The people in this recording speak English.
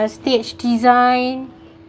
stage design